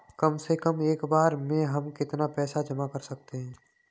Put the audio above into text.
कम से कम एक बार में हम कितना पैसा जमा कर सकते हैं?